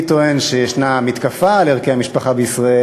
אני טוען שישנה מתקפה על ערכי המשפחה בישראל,